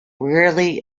rarely